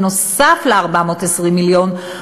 נוסף על 420 מיליון,